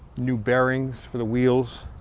new bearings for the wheels,